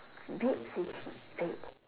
Dick is dead